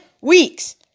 weeks